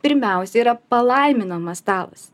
pirmiausia yra palaiminamas stalas